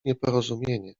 nieporozumienie